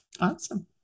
Awesome